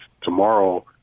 tomorrow